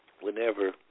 Whenever